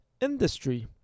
industry